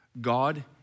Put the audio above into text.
God